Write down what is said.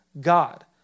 God